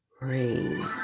rain